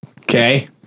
Okay